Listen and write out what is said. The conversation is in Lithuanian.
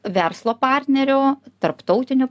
verslo partnerių tarptautinių